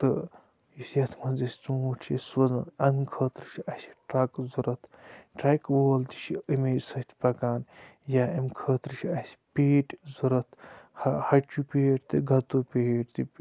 تہٕ یُس یَتھ منٛز أسۍ ژوٗنٛٹھۍ چھِ أسۍ سوزان امہِ خٲطرٕ چھِ اَسہِ ٹرٛکہٕ ضوٚرَتھ ٹرٛکہِ وول تہِ چھُ امے سۭتۍ پَکان یا امہِ خٲطرٕ چھِ اَسہِ پیٖٹۍ ضوٚرَتھ ہَہ ہَچوٗ پیٖٹۍ تہِ گَتوٗ پیٖٹۍ تہِ